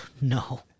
no